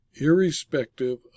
irrespective